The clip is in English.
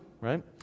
right